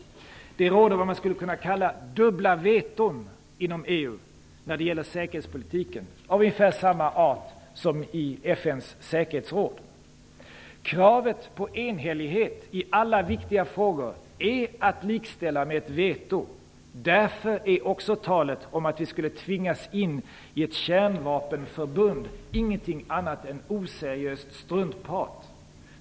Det råder vad man skulle kunna kalla dubbla veton inom EU när det gäller säkerhetspolitiken, av ungefär samma art som i FN:s säkerhetsråd. Kravet på enhällighet i alla viktiga frågor är att likställa med ett veto. Därför är också talet om att vi skulle tvingas in i ett kärnvapenförbund ingenting annat än oseriöst struntprat.